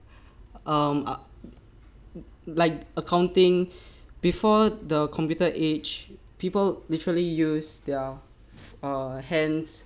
um ac~ like account before the computer age people literally use their uh hands